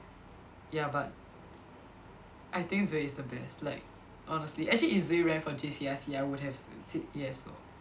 ya but I think Zway is the best like honestly actually if Zway ran for J_C_R_C I would have s~ said yes lor